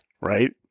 right